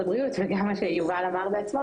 הבריאות וגם על מה שיובל אמר בעצמו